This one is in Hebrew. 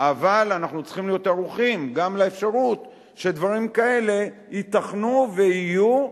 אבל אנחנו צריכים להיות ערוכים גם לאפשרות שדברים כאלה ייתכנו ויהיו,